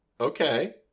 Okay